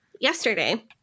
yesterday